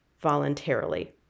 voluntarily